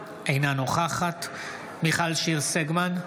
אינה נוכחת מיכל שיר סגמן,